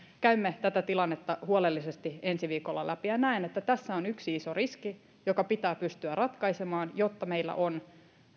käymme tätä tilannetta huolellisesti ensi viikolla läpi näen että tässä on yksi iso riski joka pitää pystyä ratkaisemaan jotta meillä on